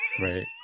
right